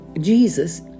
Jesus